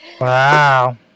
Wow